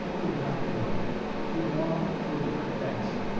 could not be one he belonged to a different caste.